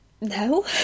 No